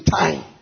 time